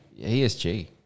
ESG